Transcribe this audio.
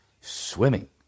swimming